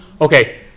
Okay